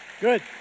Good